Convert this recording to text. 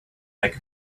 make